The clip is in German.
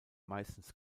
meistens